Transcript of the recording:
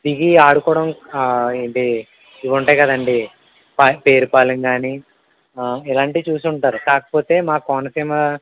దిగి ఆడుకోవడం ఏంటి ఇవి ఉంటాయి కదండి ప పేరుపాలెం కానీ ఇలాంటివి చూసి ఉంటారు కాకపోతే మా కోనసీమ